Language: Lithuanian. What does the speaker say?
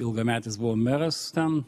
ilgametis buvo meras ten